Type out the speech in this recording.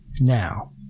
now